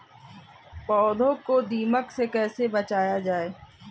पौधों को दीमक से कैसे बचाया जाय?